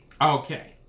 Okay